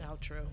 outro